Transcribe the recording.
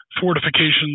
fortifications